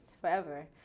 forever